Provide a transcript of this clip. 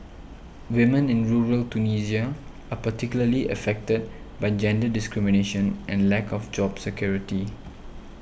women in rural Tunisia are particularly affected by gender discrimination and lack of job security